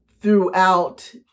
throughout